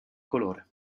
colore